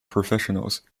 professionals